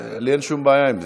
לי אין שום בעיה עם זה.